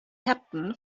captain